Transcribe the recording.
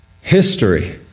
History